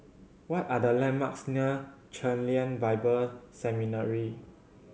what are the landmarks near Chen Lien Bible Seminary